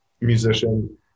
musician